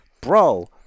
bro